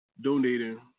donating